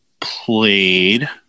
played